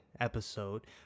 episode